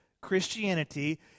Christianity